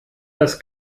das